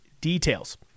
details